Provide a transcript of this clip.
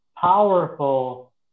powerful